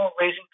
raising